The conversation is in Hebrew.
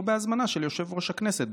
או בהזמנה של יושב-ראש הכנסת,